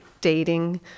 dating